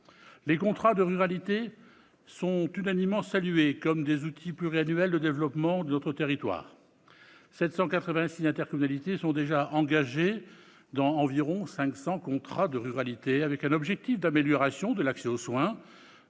Les contrats de ruralité sont unanimement salués comme des outils pluriannuels de développement de notre territoire. Ainsi, 786 intercommunalités sont déjà engagées dans environ 500 contrats de cette nature, les objectifs étant d'améliorer l'accès aux soins,